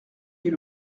est